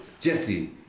Jesse